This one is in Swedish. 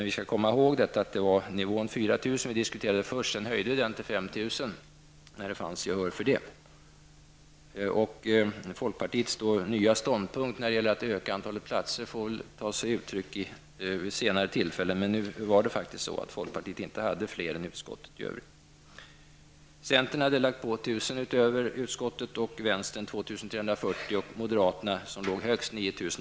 Vi skall komma ihåg att det var nivån 4 000 som först diskuterades. Sedan höjdes den till 5 000 när det fanns gehör för det. Folkpartiets nya ståndpunkt när det gäller att öka antalet platser får väl ta sig uttryck vid senare tillfälle. Nu var det faktiskt så att folkpartiet inte hade fler platser än utskottet i övrigt.